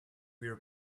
real